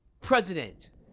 president